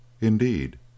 Indeed